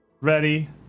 ready